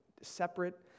separate